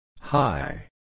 Hi